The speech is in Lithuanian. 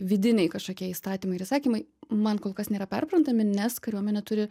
vidiniai kažkokie įstatymai ir įsakymai man kol kas nėra perprantami nes kariuomenė turi